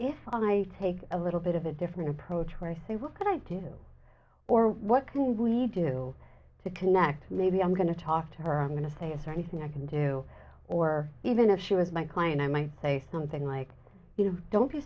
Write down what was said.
if i take a little bit of a different approach when i say what can i do or what can we do to connect maybe i'm going to talk to her i'm going to say yes or anything i can do or even if she was my client i might say something like you know don't be